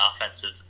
offensive